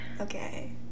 okay